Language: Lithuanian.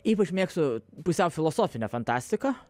ypač mėgstu pusiau filosofinę fantastiką